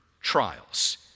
trials